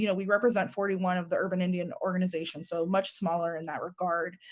you know we represent forty one of the urban indian organizations so much smaller in that regard.